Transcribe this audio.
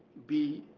be,